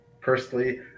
personally